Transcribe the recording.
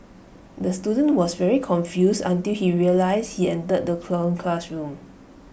the student was very confused until he realised he entered the wrong classroom